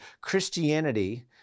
Christianity